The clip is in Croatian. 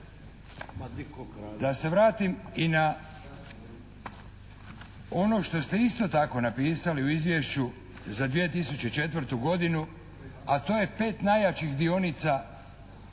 Da se vratim i na ono što ste isto tako napisali u izvješću za 2004. godinu, a to je pet najjačih dionica